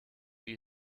die